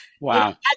Wow